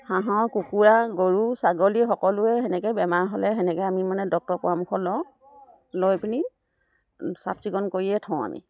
হাঁহৰ কুকুৰা গৰু ছাগলী সকলোৱে সেনেকৈ বেমাৰ হ'লে সেনেকৈ আমি মানে ডক্তৰৰ পৰামৰ্শ লওঁ লৈ পিনি চাফচিকুণ কৰিয়ে থওঁ আমি